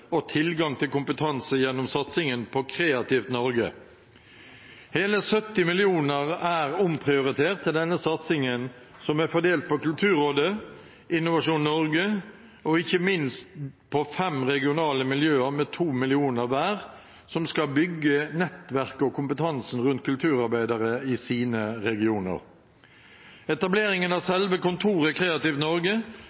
og tilgang til kompetanse gjennom satsingen på Kreativt Norge. Hele 70 mill. kr er omprioritert til denne satsingen, som er fordelt på Kulturrådet, Innovasjon Norge og ikke minst på fem regionale miljøer med 2 mill. kr hver som skal bygge nettverket og kompetansen rundt kulturarbeidere i sine regioner. Etableringen av